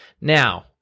Now